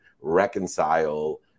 reconcile